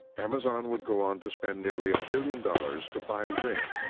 amazon would go on to spend nearly a billion dollars to buy ring.